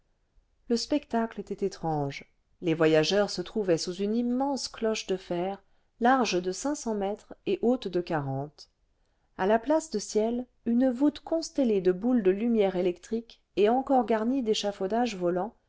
le spectacle était étrange les voyageurs se trouvaient sous une immense cloche de fer large de cinq cents mètres et haute de quarante a la place de ciel une voûte constellée de boules de lumière électrique et encore garnie d'échafaudages volants